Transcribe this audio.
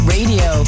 Radio